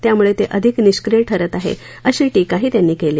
त्यामुळे ते अधिक निष्क्रीय ठरत आहेत अशी टीकाही त्यांनी केली